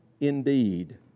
indeed